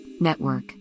network